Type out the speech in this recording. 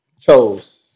chose